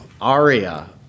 ARIA